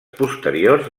posteriors